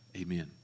Amen